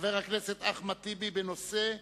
חבר הכנסת אחמד טיבי, בנושא: